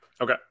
Okay